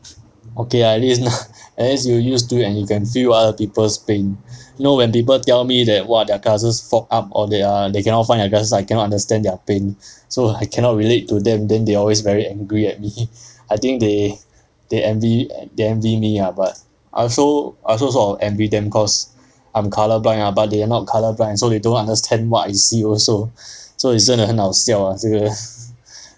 okay at lea~ at least you used to it and you can feel other people's pain know when people tell me that !wah! their glasses fork up or they are they cannot find their glass I cannot understand their pain so I cannot relate to them then they always very angry at me I think they they envy they envy me ah but I also I also sort of envy them cause I'm colour-blind ah but they are not colour-blind so they don't understand what I see also so it's 真的很好笑 ah 这个